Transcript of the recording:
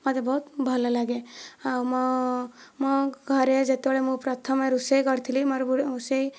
ମୋତେ ବହୁତ ଭଲ ଲାଗେ ଆଉ ମୋ ମୋ ଘରେ ଯେତେବେଳେ ମୁଁ ପ୍ରଥମେ ରୋଷେଇ କରିଥିଲି ମୋର ସେହି